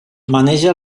maneja